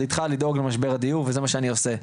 איתך לדאוג למשבר הדיור וזה מה שאני עושה.